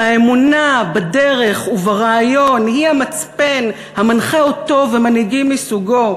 שהאמונה בדרך וברעיון היא המצפן המנחה אותו ומנהיגים מסוגו,